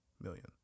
million